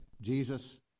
Jesus